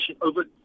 over